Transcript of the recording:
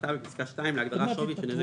כהגדרתה בפסקה (2) להגדרה "שווי של נזק